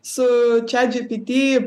su chat gpt